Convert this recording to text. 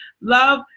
Love